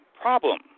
problem